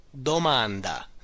domanda